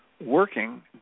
working